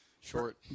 Short